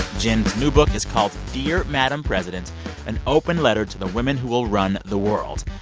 jen's new book is called, dear madam president an open letter to the women who will run the world.